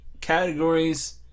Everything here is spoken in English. categories